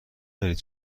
دانید